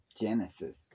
Genesis